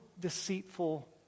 deceitful